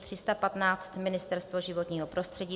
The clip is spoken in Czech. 315 Ministerstvo životního prostředí